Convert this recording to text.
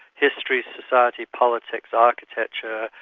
history, society, politics, architecture,